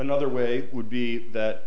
another way would be that